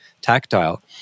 tactile